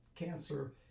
cancer